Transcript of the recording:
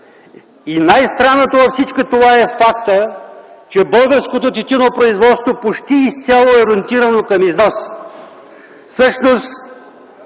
Най-странното във всичко това е фактът, че българското тютюнопроизводство почти изцяло е ориентирано към износ.